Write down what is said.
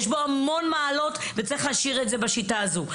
יש בו הרבה מעלות וצריך להשאיר את זה בשיטה הזאת.